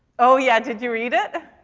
oh yeah, did you read it?